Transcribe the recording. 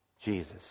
Jesus